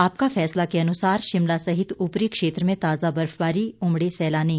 आपका फैसला के अनुसार शिमला सहित ऊपरी क्षेत्र में ताजा बर्फबारी उमड़े सैलानी